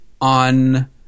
on